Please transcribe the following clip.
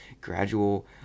gradual